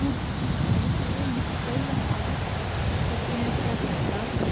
खूब म्हटल्यार अशें डिफिकल्ट लागता कठीण आसता काडपाक